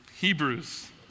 Hebrews